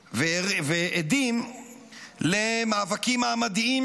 שומעים ועדים למאבקים מעמדיים,